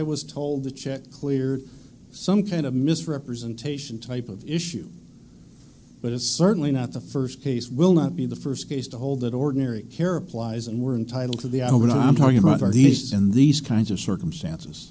was told the check cleared some kind of misrepresentation type of issue but it's certainly not the first case will not be the first case to hold that ordinary care applies and we're entitled to the i know what i'm talking about are these in these kinds of circumstances